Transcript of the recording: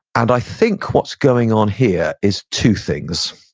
and i think what's going on here is two things.